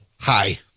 Hi